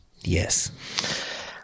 yes